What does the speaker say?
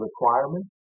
requirement